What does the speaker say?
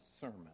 sermon